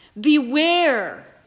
Beware